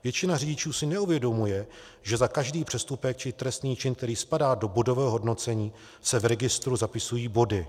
Většina řidičů si neuvědomuje, že za každý přestupek či trestný čin, který spadá do bodového hodnocení, se v registru zapisují body.